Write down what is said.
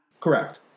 Correct